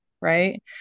right